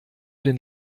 den